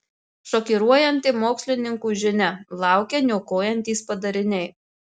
šokiruojanti mokslininkų žinia laukia niokojantys padariniai